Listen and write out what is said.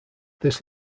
this